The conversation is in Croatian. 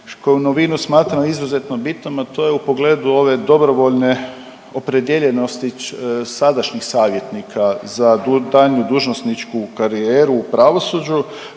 koju novinu smatram izuzetno bitnom, a to je u pogledu ove dobrovoljne opredijeljenosti sadašnjih savjetnika za daljnju dužnosničku karijeru u pravosuđu,